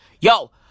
yo